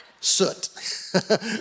soot